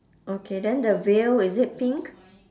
okay then the veil is it pink